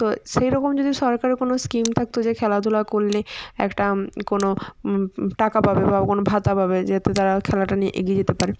তো সেই রকম যদি সরকার কোনো স্কিম থাকতো যে খেলাধুলা করলে একটা কোনো টাকা পাবে বা কোনো ভাতা পাবে যেতে তারা খেলাটা নিয়ে এগিয়ে যেতে পারে